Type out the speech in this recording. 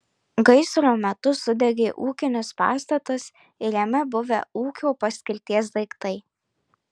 gaisro metu sudegė ūkinis pastatas ir jame buvę ūkio paskirties daiktai